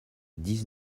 dix